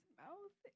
mouth